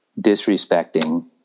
disrespecting